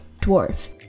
dwarf